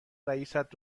رئیست